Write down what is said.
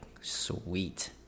sweet